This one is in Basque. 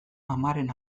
amaren